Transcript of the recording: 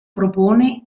propone